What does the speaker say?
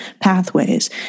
pathways